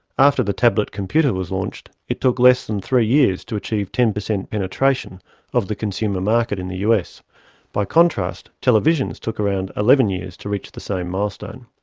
after the tablet computer was launched, it took less than three years to achieve ten per cent penetration of the consumer market in the us by contrast televisions took around eleven years to reach the same milestone.